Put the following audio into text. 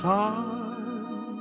time